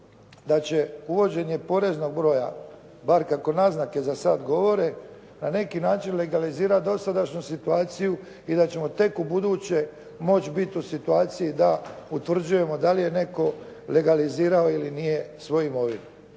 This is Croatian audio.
da će uvođenje poreznog broja bar kako naznake za sad govore, na neki način legalizira dosadašnju situaciju i da ćemo tek ubuduće moći biti u situaciji da utvrđujemo da li je netko legalizirao ili nije svoju imovinu.